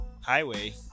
highway